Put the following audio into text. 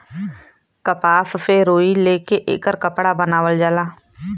कपास से रुई ले के एकर कपड़ा बनावल जाला